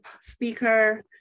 speaker